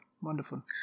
wonderful